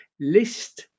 list